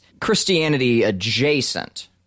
Christianity-adjacent